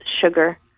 sugar